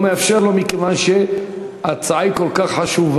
תקשיבו, תקשיבו.